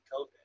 COVID